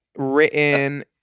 Written